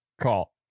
Call